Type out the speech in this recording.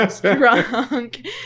drunk